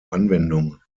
anwendung